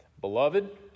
Beloved